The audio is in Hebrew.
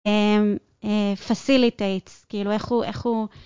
facilitates, כאילו איך הוא,